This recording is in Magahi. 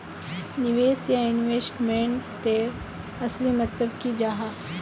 निवेश या इन्वेस्टमेंट तेर असली मतलब की जाहा?